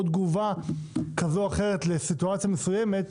או תגובה כזו או אחרת לסיטואציה מסוימת,